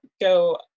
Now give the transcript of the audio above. go